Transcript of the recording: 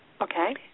Okay